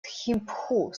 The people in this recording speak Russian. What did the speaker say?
тхимпху